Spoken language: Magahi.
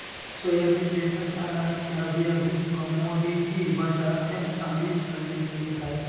सोयाबीन जैसन अनाज के अभी अभी कमोडिटी बजार में शामिल कइल गेल हइ